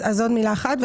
אז עוד מילה אחת.